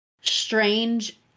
strange